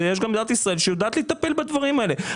יש גם מדינת ישראל שיודעת לטפל בדברים האלה,